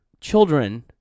children